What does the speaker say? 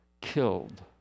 killed